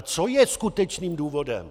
Co je skutečným důvodem?